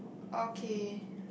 okay